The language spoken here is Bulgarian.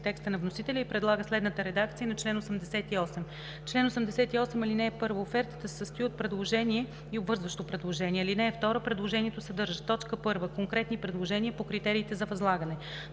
текста на вносителя и предлага следната редакция на чл. 88: „Чл. 88. (1) Офертата се състои от предложение и обвързващо предложение. (2) Предложението съдържа: 1. конкретни предложения по критериите за възлагане;